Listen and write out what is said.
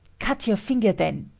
cut your finger, then,